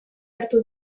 hartu